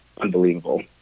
unbelievable